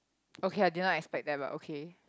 okay I did not expect that but okay